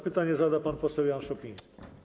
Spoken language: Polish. Pytanie zada pan poseł Jan Szopiński.